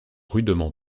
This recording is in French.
rudement